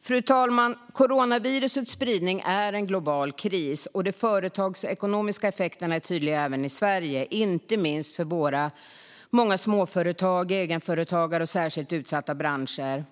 Fru talman! Coronavirusets spridning är en global kris. De företagsekonomiska effekterna är tydliga även i Sverige, inte minst för våra många småföretag, egenföretagare och särskilt utsatta branscher.